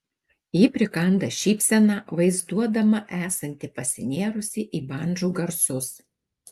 ji prikanda šypseną vaizduodama esanti pasinėrusi į bandžų garsus